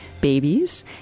babies